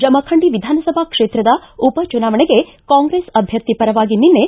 ಜಮಖಂಡಿ ವಿಧಾನಸಭಾ ಕ್ಷೇತ್ರದ ಉಪಚುನಾವಣೆಗೆ ಕಾಂಗ್ರೆಸ್ ಅಭ್ಯರ್ಥಿ ಪರವಾಗಿ ನಿನ್ನೆ